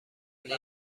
این